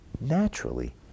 naturally